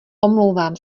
omlouvám